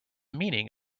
meaning